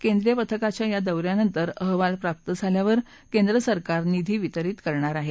केंद्रीय पथकाच्या या दौ यानंतर अहवाल प्राप्त झाल्यावर केंद्रसरकार निधी वितरीत करणार आहे